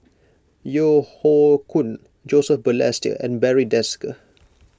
Yeo Hoe Koon Joseph Balestier and Barry Desker